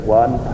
one